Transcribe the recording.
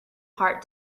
heart